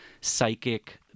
psychic